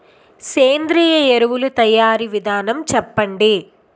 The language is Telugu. సేంద్రీయ ఎరువుల తయారీ విధానం చెప్పండి?